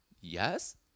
Yes